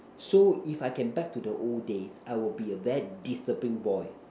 so if I can back to the old days I will be a very disciplined boy